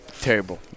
Terrible